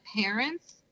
parents